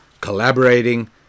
collaborating